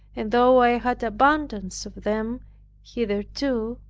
and though i had abundance of them hitherto,